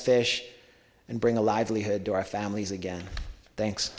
fish and bring a livelihood to our families again thanks